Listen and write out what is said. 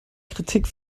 kritik